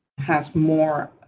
has more